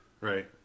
right